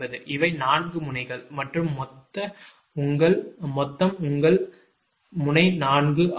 இவை 4 முனைகள் மற்றும் மொத்தம் உங்கள் மொத்த முனை 4 ஆகும்